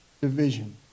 division